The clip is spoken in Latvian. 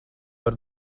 var